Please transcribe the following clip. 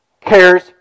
cares